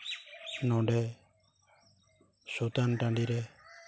ᱱᱚᱸᱰᱮ ᱥᱩᱛᱟᱹᱱ ᱴᱟᱺᱰᱤᱨᱮ